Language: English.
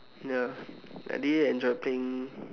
ya I really enjoyed playing